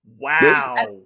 Wow